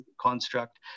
construct